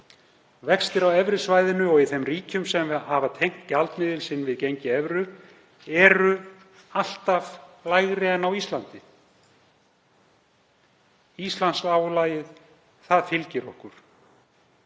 vextir á evrusvæðinu og í þeim ríkjum sem hafa tengt gjaldmiðil sinn við gengi evru eru alltaf lægri en á Íslandi. Íslandsálagið fylgir okkur.